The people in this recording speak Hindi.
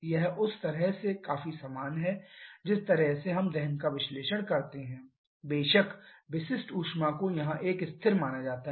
यह उस तरह से काफी समान है जिस तरह से हम दहन का विश्लेषण करते हैं बेशक विशिष्ट ऊष्मा को यहां एक स्थिर माना जाता है